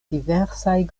diversaj